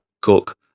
cook